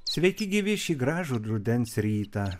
sveiki gyvi šį gražų rudens rytą